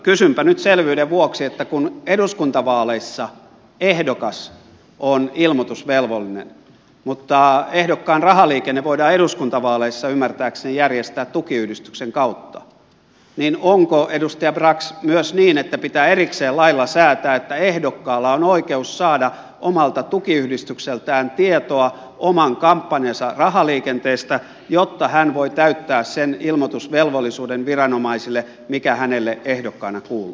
kysynpä nyt selvyyden vuoksi että kun eduskuntavaaleissa ehdokas on ilmoitusvelvollinen mutta ehdokkaan rahaliikenne voidaan eduskuntavaaleissa ymmärtääkseni järjestää tukiyhdistyksen kautta niin onko edustaja brax myös niin että pitää erikseen lailla säätää että ehdokkaalla on oikeus saada omalta tukiyhdistykseltään tietoa oman kampanjansa rahaliikenteestä jotta hän voi täyttää sen ilmoitusvelvollisuuden viranomaisille mikä hänelle ehdokkaana kuuluu